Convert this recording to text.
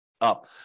up